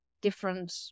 different